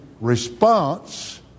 response